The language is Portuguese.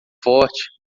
forte